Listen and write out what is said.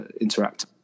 interact